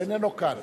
הוא איננו כאן.